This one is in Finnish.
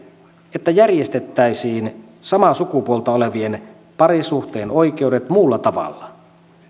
että järjestettäisiin samaa sukupuolta olevien parisuhteen oikeudet muulla tavalla